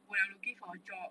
when I'm looking for a job